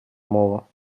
мова